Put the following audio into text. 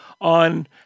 on